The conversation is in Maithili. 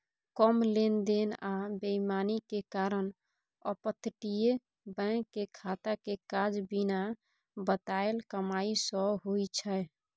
कम लेन देन आ बेईमानी के कारण अपतटीय बैंक के खाता के काज बिना बताएल कमाई सँ होइ छै